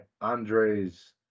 Andres